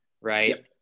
right